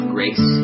Grace